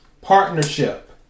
Partnership